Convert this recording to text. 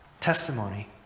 testimony